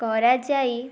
କରାଯାଇ